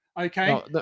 Okay